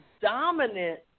dominant